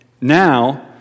now